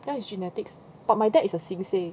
that is genetics but my dad is a sin seh